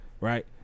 right